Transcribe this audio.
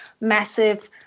massive